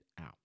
out